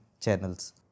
channels